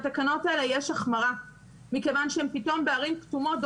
בתקנות האלה יש החמרה מכיוון שבערים כתומות הן